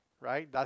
right